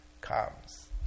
comes